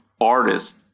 artist